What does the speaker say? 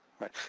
right